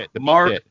Mark